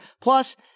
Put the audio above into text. plus